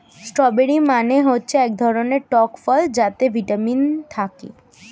strawberry মানে হচ্ছে এক ধরনের টক ফল যাতে ভিটামিন থাকে